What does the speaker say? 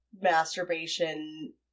masturbation